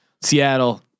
Seattle